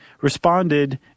responded